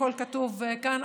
הכול כתוב כאן.